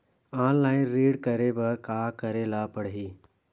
Online ऋण करे बर का करे ल पड़हि?